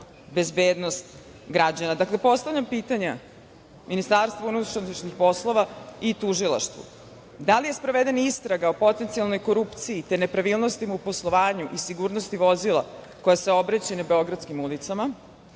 bezbednost građana. Dakle, postavljam pitanja Ministarstvu unutrašnjih poslova i tužilaštvu – da li je sprovedena istraga o potencijalnoj korupciji, te nepravilnostima u poslovanju i sigurnosti vozila koja saobraća na beogradskim ulicama?